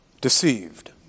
Deceived